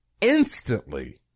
instantly